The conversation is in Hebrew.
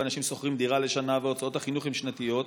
אנשים שוכרים דירה לשנה והוצאות החינוך הן שנתיות.